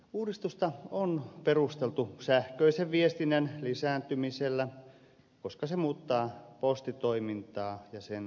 uudistusta on perusteltu sähköisen viestinnän lisääntymisellä koska se muuttaa postitoimintaa ja sen toimintaympäristöä